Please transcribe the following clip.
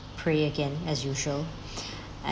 pray again as usual and